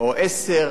או "10",